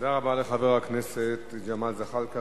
תודה רבה לחבר הכנסת ג'מאל זחאלקה.